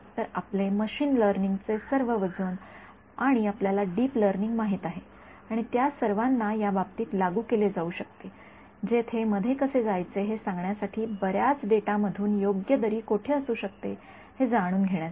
तर आपले machine learning चे सर्व वजन आणि आपल्याला डीप लर्निंग माहित आहे आणि त्या सर्वांना या बाबतीत लागू केले जाऊ शकते जेथे मध्ये कसे जायचे हे सांगण्यासाठी बर्याच डेटामधून योग्य दरी कोठे असू शकते हे जाणून घेण्यासाठी